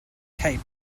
cape